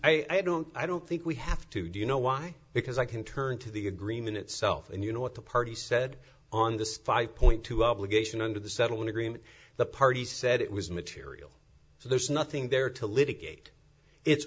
point i don't i don't think we have to do you know why because i can turn to the agreement itself and you know what the party said on this five point two obligation under the settlement agreement the party said it was material so there's nothing there to litigate it's